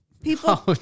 people